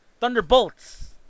Thunderbolts